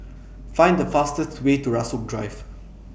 Find The fastest Way to Rasok Drive